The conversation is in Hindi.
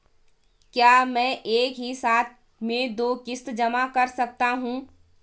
क्या मैं एक ही साथ में दो किश्त जमा कर सकता हूँ?